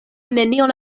nenion